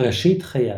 ראשית חייו